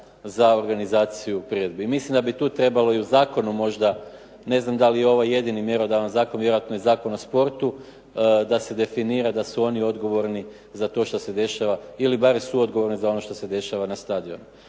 za organizaciju priredbi. Mislim da bi tu trebalo i u zakonu možda ne znam da li je ovo jedan mjerodavni zakon, vjerojatno je Zakon o sportu, da se definira da su oni odgovorni za to što se dešava ili barem suodgovorni za ono što se dešava na stadionu.